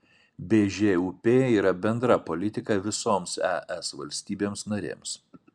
bžūp yra bendra politika visoms es valstybėms narėms